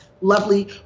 lovely